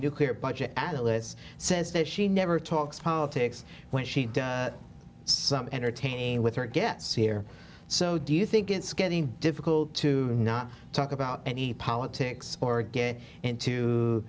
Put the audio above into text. nuclear budget analyst says that she never talks politics when she does something entertaining with her gets here so do you think it's getting difficult to not talk about any politics or get into